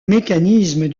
mécanisme